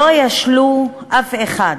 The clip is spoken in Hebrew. שלא ישלו אף אחד,